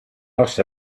lost